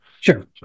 Sure